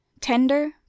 tender